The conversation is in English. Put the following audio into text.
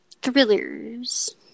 Thrillers